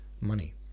money